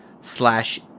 slash